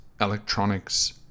electronics